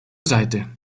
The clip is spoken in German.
seite